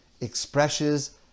expresses